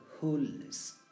wholeness